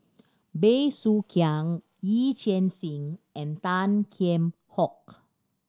Bey Soo Khiang Yee Chia Hsing and Tan Kheam Hock